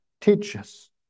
teaches